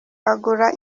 agura